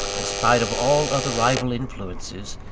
in spite of all other rival influences,